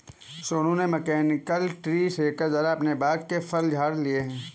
सोनू ने mechanical tree shaker द्वारा अपने बाग के फल झाड़ लिए है